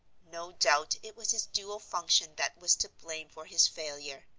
no doubt it was his dual function that was to blame for his failure.